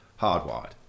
hardwired